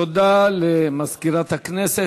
תודה למזכירת הכנסת.